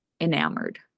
enamored